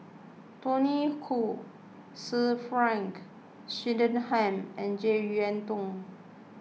Tony Khoo Sir Frank Swettenham and Jek Yeun Thong